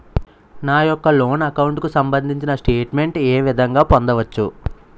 నా యెక్క loan account కు సంబందించిన స్టేట్ మెంట్ ఏ విధంగా పొందవచ్చు?